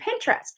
Pinterest